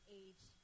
age